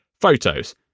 photos